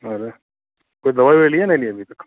अरे कोई दवाई लिया नहीं लिया अभी तक